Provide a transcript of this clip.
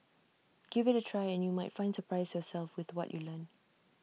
give IT A try and you might find surprise yourself with what you learn